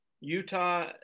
Utah